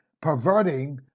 perverting